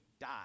die